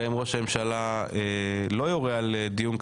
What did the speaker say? גם אם ראש הממשלה לא יורה על דיון כזה,